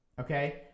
okay